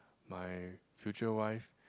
my future wife